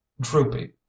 Droopy